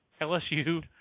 LSU